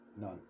none